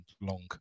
long